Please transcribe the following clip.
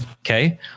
Okay